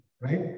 right